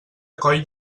coll